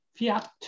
fiat